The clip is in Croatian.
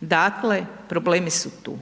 Dakle, problemi su tu.